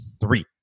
three